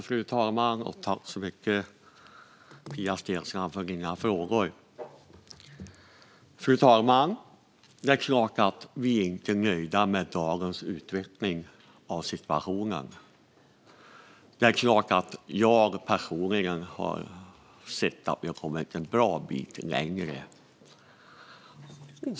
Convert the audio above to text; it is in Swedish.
Fru talman! Jag tackar Pia Steensland för frågorna. Fru talman! Det är klart att vi inte är nöjda med dagens utveckling av situationen, och det är klart att jag personligen gärna hade sett att vi hade kommit en bra bit längre.